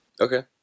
Okay